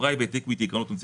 הון.